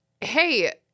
Hey